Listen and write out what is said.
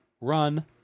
Run